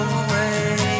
away